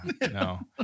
No